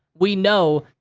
we know,